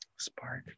spark